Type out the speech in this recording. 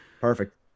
Perfect